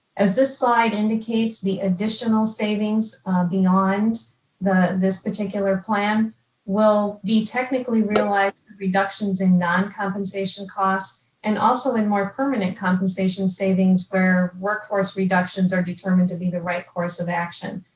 as this slide indicates the additional savings beyond this particular plan will be technically realized reductions in non compensation costs, and also in more permanent compensation savings where workforce reductions are determined to be the right course of action,